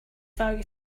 value